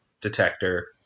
detector